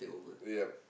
yup